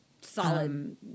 solid